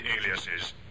aliases